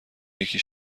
یکی